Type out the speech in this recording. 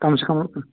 کَم سے کَم